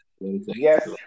yes